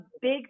big